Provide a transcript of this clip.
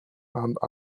and